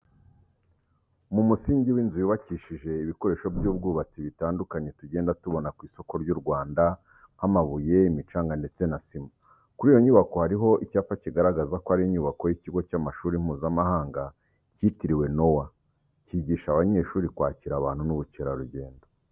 Mu musingi w'inzu yubakishije ibikoresho by'ubwubatsi bitandukanye tugenda tubona ku isoko ry'u Rwanda nk'amabuye, imicanga ndetse na sima. Kuri iyo nyubako hariho icyapa kigaragaza ko ari inyubako y'ikigo cy'amashuri Mpuzamahanga cyitiriwe Nowa, cyigisha abanyeshuri kwakira abantu n'ubukerarugendo.